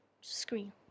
screen